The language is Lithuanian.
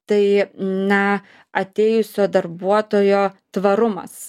tai na atėjusio darbuotojo tvarumas